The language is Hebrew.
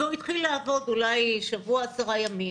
והוא התחיל לעבוד, אולי שבוע-עשרה ימים,